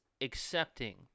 accepting